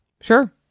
Sure